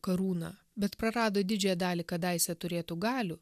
karūną bet prarado didžiąją dalį kadaise turėtų galių